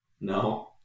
No